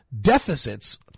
deficits